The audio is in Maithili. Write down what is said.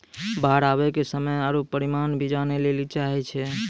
बाढ़ आवे के समय आरु परिमाण भी जाने लेली चाहेय छैय?